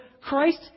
Christ